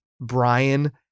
Brian